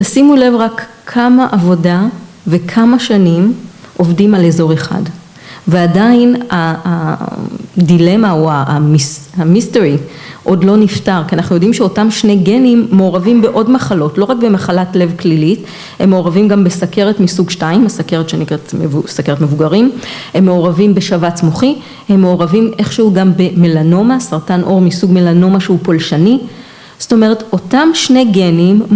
‫שימו לב רק כמה עבודה ‫וכמה שנים עובדים על איזור אחד, ‫ועדיין הדילמה או המיסטרי ‫עוד לא נפתר, ‫כי אנחנו יודעים שאותם שני גנים ‫מעורבים בעוד מחלות, ‫לא רק במחלת לב כלילית, ‫הם מעורבים גם בסכרת מסוג 2, ‫בסכרת שנקראת סכרת מבוגרים, ‫הם מעורבים בשבץ מוחי, ‫הם מעורבים איכשהו גם במלנומה, ‫סרטן עור מסוג מלנומה שהוא פולשני. ‫זאת אומרת, אותם שני גנים...